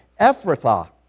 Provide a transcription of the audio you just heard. Ephrathah